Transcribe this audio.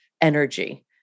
energy